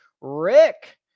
Rick